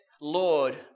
Lord